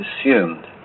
assumed